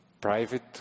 private